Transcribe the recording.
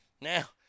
now